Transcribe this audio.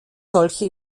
solche